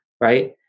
Right